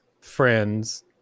friends